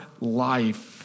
life